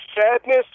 sadness